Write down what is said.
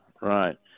Right